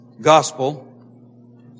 Gospel